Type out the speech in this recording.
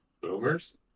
Boomers